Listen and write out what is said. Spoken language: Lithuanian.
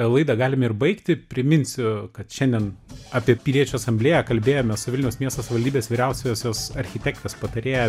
laidą galime ir baigti priminsiu kad šiandien apie piliečių asamblėją kalbėjome su vilniaus miesto savivaldybės vyriausiosios architektės patarėja